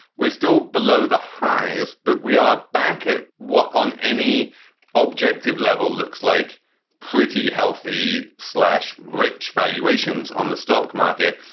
we're still below the highs, but we are back at what? on any objective level, looks like pretty healthy slash rich valuations on the stock market.